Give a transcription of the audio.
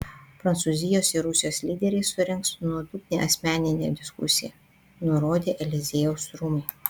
prancūzijos ir rusijos lyderiai surengs nuodugnią asmeninę diskusiją nurodė eliziejaus rūmai